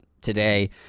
today